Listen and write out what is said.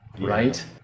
right